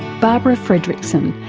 barbara fredrickson,